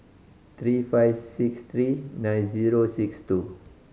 three five six three nine zero six two